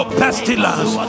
pestilence